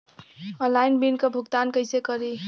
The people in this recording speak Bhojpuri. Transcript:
ऑनलाइन बिल क भुगतान कईसे करी?